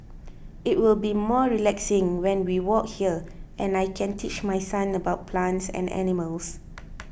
it will be more relaxing when we walk here and I can teach my son about plants and animals